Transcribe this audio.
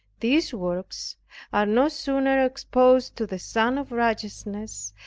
these works are no sooner exposed to the sun of righteousness,